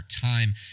time